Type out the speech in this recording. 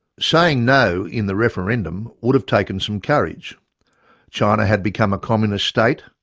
saying no in the referendum would have taken some courage china had become a communist state,